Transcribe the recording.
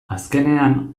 azkenean